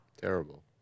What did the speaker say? Terrible